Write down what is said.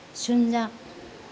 ꯁꯨꯟꯌꯥ